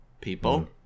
people